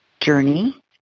journey